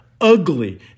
ugly